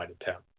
attempt